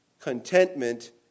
contentment